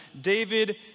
David